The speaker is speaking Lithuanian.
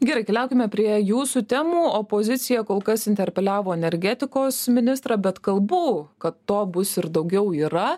gerai keliaukime prie jūsų temų opozicija kol kas interpeliavo energetikos ministrą bet kalbų kad to bus ir daugiau yra